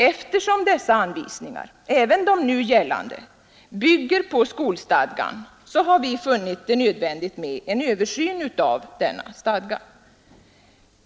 Eftersom dessa anvisningar, även de nu gällande, bygger på skolstadgan har vi funnit det nödvändigt med en översyn av denna.